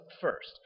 first